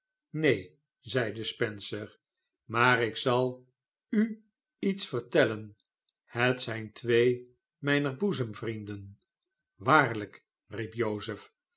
neen zeide spencer maar ik zal u iets vertellen het zijn twee mijner boezem vrienden waarlijk riep